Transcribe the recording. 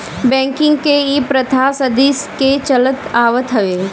banking के इ प्रथा सदी के चलत आवत हवे